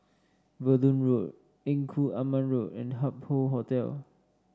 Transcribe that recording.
Verdun Road Engku Aman Road and Hup Hoe Hotel